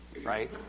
right